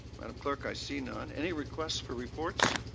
madame clerk, i see none. any requests for reports.